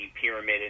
Pyramid